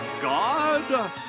God